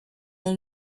will